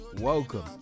welcome